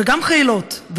וגם חיילות,